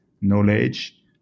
knowledge